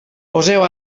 poseu